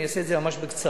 אני אעשה את זה ממש בקצרה: